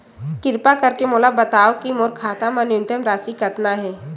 किरपा करके मोला बतावव कि मोर खाता मा न्यूनतम राशि कतना हे